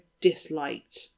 disliked